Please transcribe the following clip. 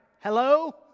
Hello